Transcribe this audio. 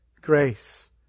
grace